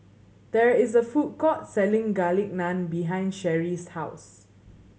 there is a food court selling Garlic Naan behind Sherri's house